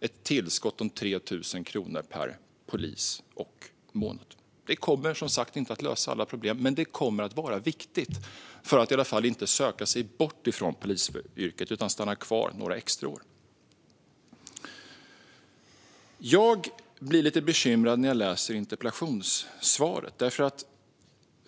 ett tillskott om 3 000 kronor per polis och månad. Det kommer som sagt inte att lösa alla problem. Men det kommer att vara viktigt för att de i varje fall inte ska söka sig bort ifrån polisyrket utan stanna kvar några extra år. Jag blir lite bekymrad när jag läser interpellationssvaret.